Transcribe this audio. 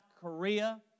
Korea